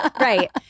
Right